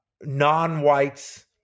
non-whites